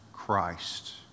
Christ